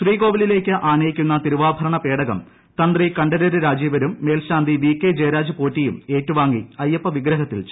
ശ്രീകോവിലിലേക്ക് ആനയിക്കുന്ന തിരുപ്പാഭരണ പേടകം തന്ത്രി കണ്ഠരര് രാജീവരും മേൽശാന്തി പ്പി കെ ജയരാജ് പോറ്റിയും ഏറ്റുവാങ്ങി അയ്യപ്പവിഗ്രഹത്തിൽ പ്രാർത്തും